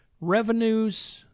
revenues